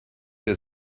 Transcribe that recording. der